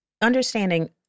understanding